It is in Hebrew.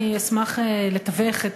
אני אשמח לתווך,